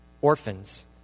orphans